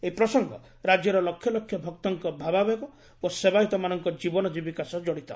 ଏହି ପ୍ରସଙ୍ଗ ରାଜ୍ୟର ଲକ୍ଷ ଲକ୍ଷ ଭକ୍ତଙ୍କ ଭାବାବେଗ ଓ ସେବାୟତମାନଙ୍କ ଜୀବନ ଜୀବିକା ସହ ଜଡିତ